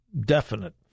definite